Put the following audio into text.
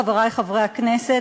חברי חברי הכנסת,